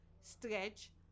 stretch